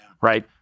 Right